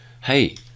Hey